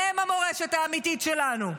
הם המורשת האמיתית שלנו,